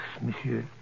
monsieur